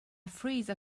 freezer